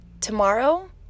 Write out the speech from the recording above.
tomorrow